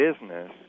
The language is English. business